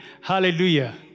Hallelujah